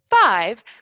Five